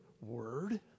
word